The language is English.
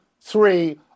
three